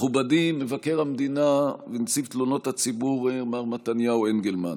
מכובדי מבקר המדינה ונציב תלונות הציבור מר מתניהו אנגלמן,